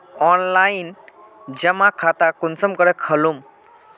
Online जमा खाता कुंसम करे खोलूम?